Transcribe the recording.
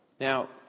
Now